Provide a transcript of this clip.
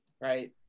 right